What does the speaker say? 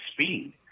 speed